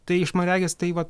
tai iš man regis tai vat